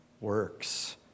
works